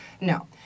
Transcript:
No